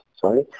sorry